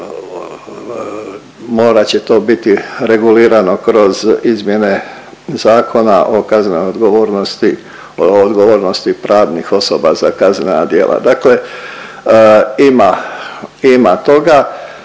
morat će to biti regulirano kroz izmjene Zakona o kaznenoj odgovornosti, odgovornosti pravnih osoba za kaznena djela. Dakle ima toga,